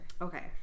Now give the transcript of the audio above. okay